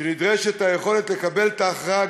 שנדרשת היכולת לקבל את ההכרעה,